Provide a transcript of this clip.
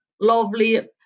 lovely